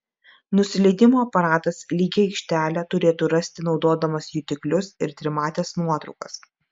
nusileidimo aparatas lygią aikštelę turėtų rasti naudodamas jutiklius ir trimates nuotraukas